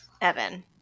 Evan